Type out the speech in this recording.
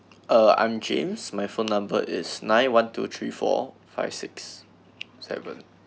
uh I'm james my phone number is nine one two three four five six seven